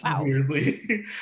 Weirdly